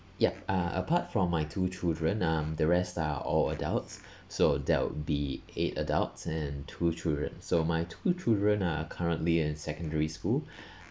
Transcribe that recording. ya uh apart from my two children um the rest are all adults so that'll be eight adults and two children so my two children are currently in secondary school